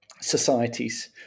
societies